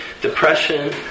depression